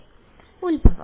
വിദ്യാർത്ഥി ഉത്ഭവം